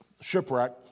shipwreck